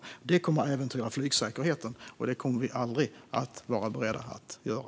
Det skulle innebära att man äventyrar flygsäkerheten, och det kommer vi aldrig att vara beredda att göra.